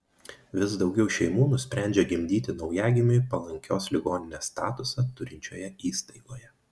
vis daugiau šeimų nusprendžia gimdyti naujagimiui palankios ligoninės statusą turinčioje įstaigoje